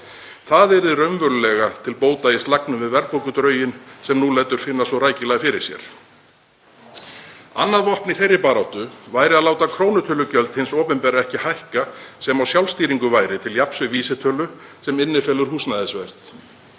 Það yrði raunverulega til bóta í slagnum við verðbólgudrauginn, sem nú lætur finna svo rækilega fyrir sér. Annað vopn í þeirri baráttu væri að láta krónutölugjöld hins opinbera ekki hækka sem á sjálfstýringu væru til jafns við vísitölu sem innifelur húsnæðisverð,